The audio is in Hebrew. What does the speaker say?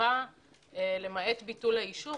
אכיפה למעט ביטול האישור,